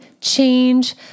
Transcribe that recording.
change